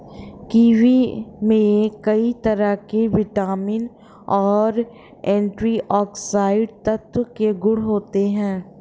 kiwi में कई तरह के विटामिन और एंटीऑक्सीडेंट तत्व के गुण होते है